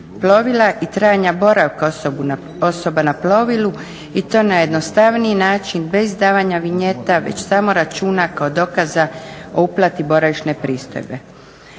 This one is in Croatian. plovila i trajanja boravka osoba na plovilu i to na jednostavniji način bez davanja vinjeta već samo računa kao dokaza o uplati boravišne pristojbe.